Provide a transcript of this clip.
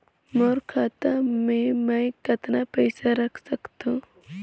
मोर खाता मे मै कतना पइसा रख सख्तो?